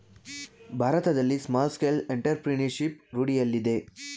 ಭಾರತದಲ್ಲಿ small scale entrepreneurship ರೂಢಿಯಲ್ಲಿದೆ